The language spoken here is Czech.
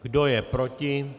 Kdo je proti?